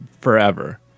forever